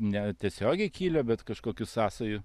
netiesiogiai kilę bet kažkokių sąsajų